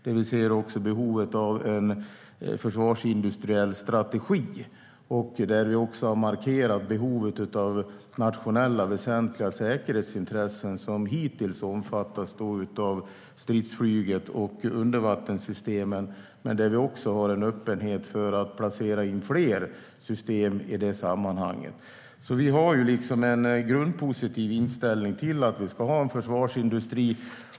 Men vi ser också behovet av en försvarsindustriell strategi, där vi har markerat behovet av nationella, väsentliga säkerhetsintressen som hittills har omfattat stridsflyget och undervattenssystemen men där vi också har en öppenhet för att placera in fler system. Vi har en grundpositiv inställning till att vi ska ha en försvarsindustri.